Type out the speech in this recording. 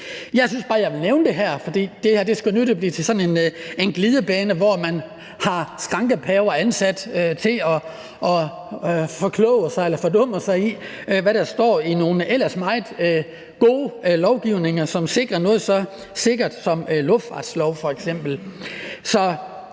Jeg synes bare, at jeg ville nævne det, fordi det her nødig skulle blive til sådan en glidebane, hvor man har skrankepaver ansat til at forkloge sig eller fordumme sig i, hvad der står i nogle ellers meget gode lovgivninger som noget så sikkert som f.eks. luftfartsloven.